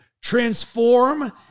transform